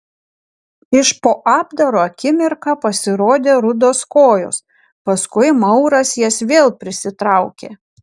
iš po apdaro akimirką pasirodė rudos kojos paskui mauras jas vėl prisitraukė